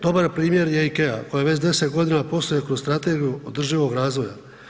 Dobar primjer je IKEA koja već 10 godina posluje kroz strategiju održivog razvoja.